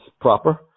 proper